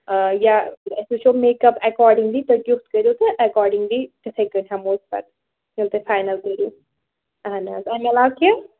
آ یا أسۍ وٕچھو میک اَپ اٮ۪کاڈِنٛگلی تُہۍ کیُتھ کٔرِو تہٕ اٮ۪کاڈِنٛگلی تِتھَے کٔنۍ ہٮ۪مو أسۍ پتہٕ ییٚلہِ تُہۍ فاینَل کٔرِو اَہَن حظ اَمہِ علاوٕ کیٚنٛہہ